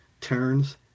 turns